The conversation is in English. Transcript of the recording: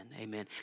Amen